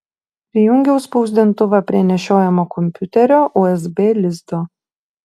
prijungiau spausdintuvą prie nešiojamo kompiuterio usb lizdo